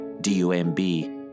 D-U-M-B